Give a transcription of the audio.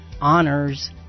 honors